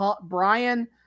Brian